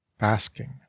basking